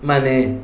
ಮನೆ